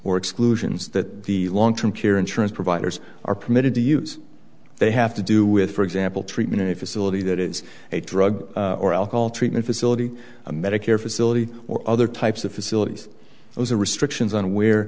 or exclusions that the long term care insurance providers are permitted to use they have to do with for example treatment a facility that is a drug or alcohol treatment facility a medicare facility or other types of facilities those are restrictions on where